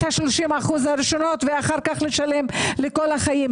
ה-30% הראשונים ואחר כך לשלם לכל החיים?